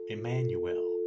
Emmanuel